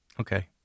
Okay